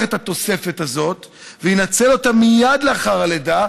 את התוספת הזאת וינצל אותה מייד לאחר הלידה,